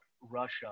Russia